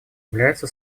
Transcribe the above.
является